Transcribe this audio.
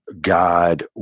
God